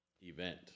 event